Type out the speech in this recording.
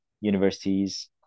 universities